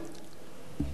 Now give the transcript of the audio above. עכשיו אתה מתחיל.